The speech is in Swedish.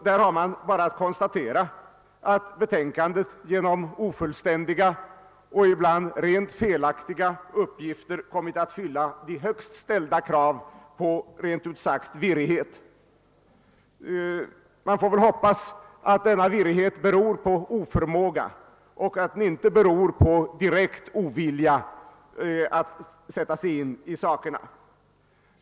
Där är det bara att konstatera, att betänkandet genom ofullständiga och ibland rent felaktiga uppgifter kommit att fylla högt ställda krav på rent ut sagt virrighet. Man får väl hoppas att denna virrighet beror på oförmåga och inte på direkt ovilja att sätta sig in i sakerna.